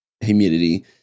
humidity